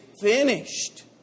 finished